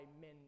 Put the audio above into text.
men